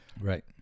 Right